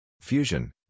Fusion